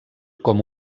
com